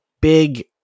big